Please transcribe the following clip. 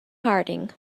harding